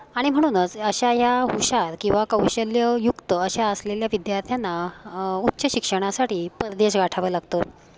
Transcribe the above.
आणि म्हणूनच अशा या हुशार किंवा कौशल्ययुक्त अशा असलेल्या विद्यार्थ्यांना उच्च शिक्षणासाठी परदेश गाठावा लागतो